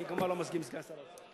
אני כמובן לא מסכים עם סגן שר האוצר.